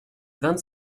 vingt